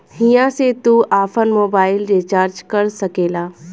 हिया से तू आफन मोबाइल रीचार्ज कर सकेला